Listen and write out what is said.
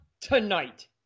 tonight